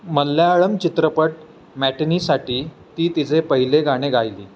मल्याळम चित्रपट मॅटनीसाठी ती तिचे पहिले गाणे गायली